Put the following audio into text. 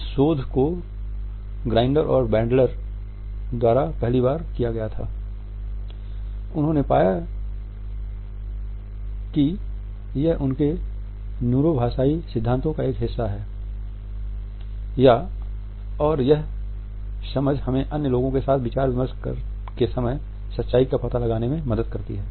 इस शोध को ग्राइंडर और बैंडलर सिद्धांतों का एक हिस्सा है और यह समझ हमें अन्य लोगों के साथ विचार विमर्श के समय सच्चाई का पता लगाने में मदद करती है